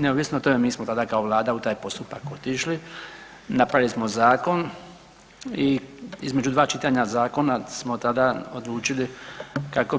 Neovisno o tome mi smo tada kao Vlada u taj postupak otišli, napravili smo zakon i između dva čitanja zakona smo tada odlučili kako